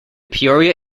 peoria